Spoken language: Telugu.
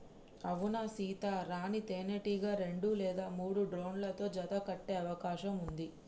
అవునా సీత, రాణీ తేనెటీగ రెండు లేదా మూడు డ్రోన్లతో జత కట్టె అవకాశం ఉంది